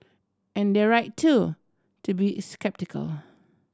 and they're right too to be sceptical